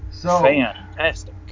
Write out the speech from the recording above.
Fantastic